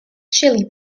chili